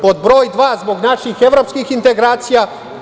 Pod broj dva, zbog naših evropskih integracija.